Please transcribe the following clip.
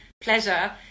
pleasure